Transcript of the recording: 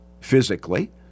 physically